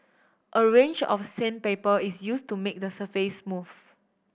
a range of sandpaper is used to make the surface smooth